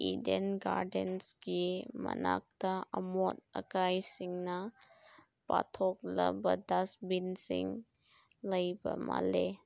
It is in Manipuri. ꯏꯗꯦꯟ ꯒꯥꯔꯗꯦꯟꯁꯀꯤ ꯃꯅꯥꯛꯇ ꯑꯃꯣꯠ ꯑꯀꯥꯏꯁꯤꯡꯅ ꯄꯥꯊꯣꯛꯂꯕ ꯗꯁꯕꯤꯟꯁꯤꯡ ꯂꯩꯕ ꯃꯥꯜꯂꯤ